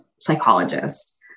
psychologist